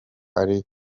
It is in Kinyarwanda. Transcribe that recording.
ari